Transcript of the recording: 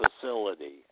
facility